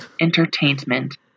entertainment